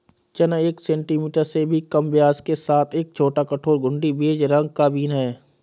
चना एक सेंटीमीटर से भी कम व्यास के साथ एक छोटा, कठोर, घुंडी, बेज रंग का बीन है